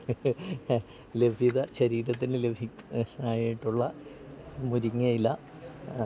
ലഭ്യത ശരീരത്തിനു ലഭിക്കുന്നതായിട്ടുള്ള മുരിങ്ങയില